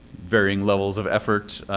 varying levels of effort.